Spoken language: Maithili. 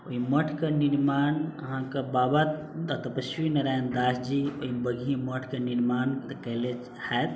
ओहि मठके निर्माण अहाँके बाबा तपस्वी नारायण दास जी ओहि बगही मठके निर्माण कएले हैत